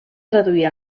traduir